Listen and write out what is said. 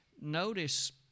notice